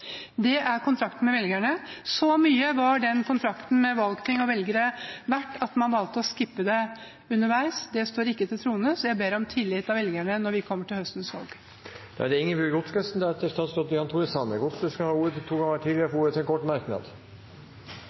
Det er kontrakten med velgerne. Så mye var den kontrakten med valgting og velgere verdt at man valgte å «skippe» det underveis. Det står ikke til troende, så jeg ber om tillit av velgerne når vi kommer til høstens valg. Representanten Ingebjørg Amanda Godskesen har hatt ordet to ganger tidligere og får ordet til en kort merknad,